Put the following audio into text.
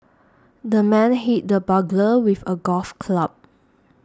the man hit the burglar with a golf club